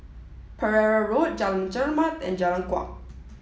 Pereira Road Jalan Chermat and Jalan Kuak